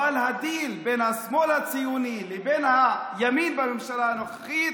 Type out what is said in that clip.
אבל הדיל בין השמאל הציוני לבין הימין בממשלה הנוכחית